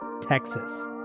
Texas